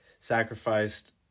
sacrificed